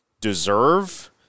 deserve